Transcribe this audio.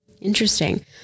Interesting